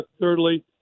Thirdly